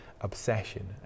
obsession